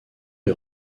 est